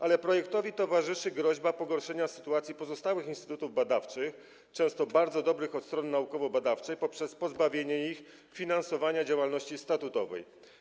Ale projektowi towarzyszy groźba pogorszenia sytuacji pozostałych instytutów badawczych, często bardzo dobrych od strony naukowo-badawczej, poprzez pozbawienie ich finansowania działalności statutowej.